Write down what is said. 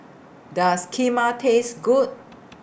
Does Kheema Taste Good